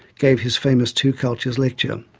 gave his famous two cultures lecture.